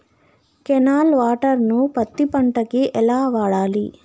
Canal water ను పత్తి పంట కి ఎలా వాడాలి?